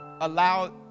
Allow